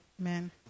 Amen